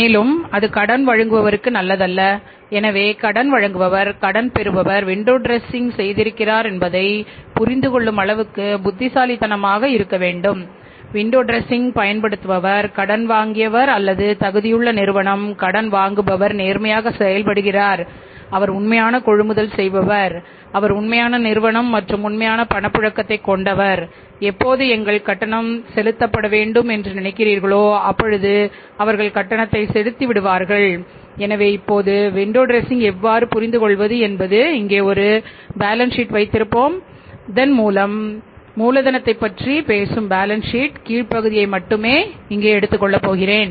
மேலும் அது கடன் வழங்குபவருக்கு நல்லதல்ல எனவே கடன் வழங்குபவர் கடன் பெறுபவர் விண்டோ டிரசிங்செய்திருக்கிறார் என்பதைப் புரிந்துகொள்ளும் அளவுக்கு புத்திசாலித்தனமாக இருக்க வேண்டும் விண்டோ டிரசிங் கீழ் பகுதியை மட்டுமே எடுத்துள்ளேன்